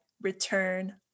return